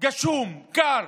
גשום וקר,